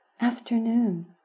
afternoon